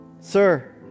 sir